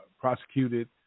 prosecuted